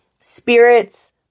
spirits